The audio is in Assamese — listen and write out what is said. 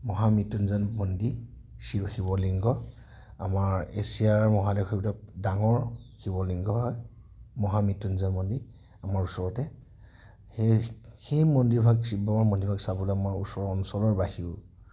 মহামৃত্যুঞ্জয় মন্দিৰ শিৱ শিৱ লিংগ আমাৰ এছিয়া মহাদেশৰ ভিতৰত ডাঙৰ শিৱ লিংগ হয় মহামৃত্যুঞ্জয় মন্দিৰ আমাৰ ওচৰতে সেই সেই মন্দিৰভাগ শিৱ মন্দিৰভাগ চাবলৈ আমাৰ ওচৰৰ অঞ্চলৰ বাহিৰেও